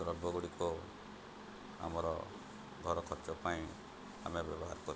ଦ୍ରବ୍ୟଗୁଡ଼ିକ ଆମର ଘର ଖର୍ଚ୍ଚ ପାଇଁ ଆମେ ବ୍ୟବହାର କରୁ